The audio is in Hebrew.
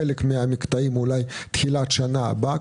בחלק מהמקטעים אולי תחילת שנה הבאה,